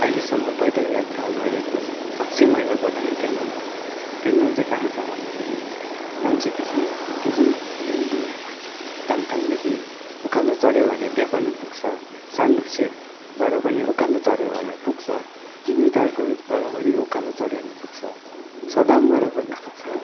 अहिलेसम्म पैदल यात्रा गरेको सबसे मैला जग्गा नै टेनडोङ हो टेनडोङ चाहिँ कहाँ छ भन्दाखेरि नाम्चीदेखि केही मिल दूर दामथाङदेखि उकालो चड्यो भने त्यहाँपनि पुग्छ साम्डुप्छेबाट पनि उकालो चड्यो भने पुग्छ तिमी तार्कूबाट पनि उकालो चड्योभने पुग्छ सदामबाट पनि पुग्छ